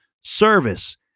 service